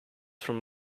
from